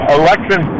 election